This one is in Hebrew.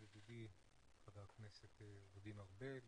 ידידי ח"כ ארבל ואריאל,